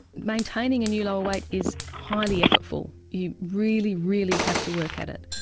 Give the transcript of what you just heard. maintaining a new lower weight is highly effortful. you really, really have to work at it.